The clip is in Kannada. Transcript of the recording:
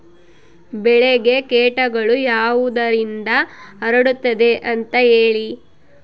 ಬೆಳೆಗೆ ಕೇಟಗಳು ಯಾವುದರಿಂದ ಹರಡುತ್ತದೆ ಅಂತಾ ಹೇಳಿ?